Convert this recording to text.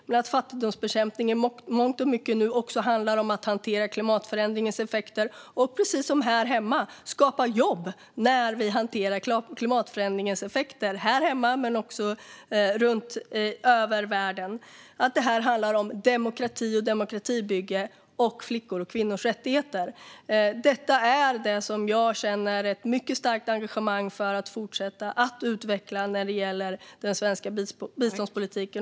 Men fattigdomsbekämpning handlar nu i mångt och mycket också om att hantera klimatförändringens effekter och precis som här hemma skapa jobb när vi hanterar klimatförändringens effekter här hemma men också runt om över världen. Det handlar om demokrati, demokratibygge och flickors och kvinnors rättigheter. Detta är det jag känner ett mycket starkt engagemang för att fortsätta att utveckla när det gäller den svenska biståndspolitiken.